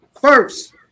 first